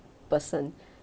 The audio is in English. person